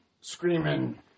screaming